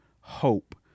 hope